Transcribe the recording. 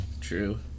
True